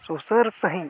ᱥᱩᱥᱟᱹᱨ ᱥᱟᱺᱦᱤᱡ